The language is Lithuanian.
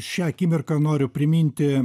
šią akimirką noriu priminti